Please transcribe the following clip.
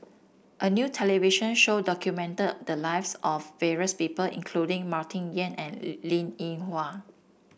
a new television show document the lives of various people including Martin Yan and Linn In Hua